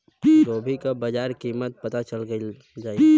गोभी का बाजार कीमत पता चल जाई?